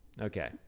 okay